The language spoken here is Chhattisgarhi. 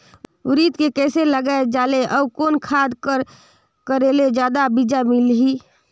उरीद के कइसे लगाय जाले अउ कोन खाद कर करेले जादा बीजा मिलही?